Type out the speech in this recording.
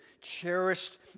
cherished